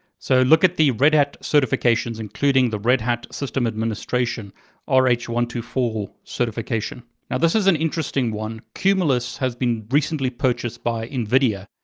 so look at the red hat certifications including the red hat system administration r h one two four certification. now this is an interesting one. cumulus has been recently purchased by nvidia.